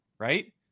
Right